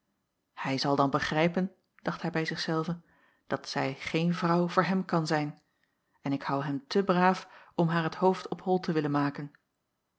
hij zal dan begrijpen dacht hij bij zich zelven dat zij geen vrouw voor hem kan zijn en ik hou hem te braaf om haar het hoofd op hol te willen maken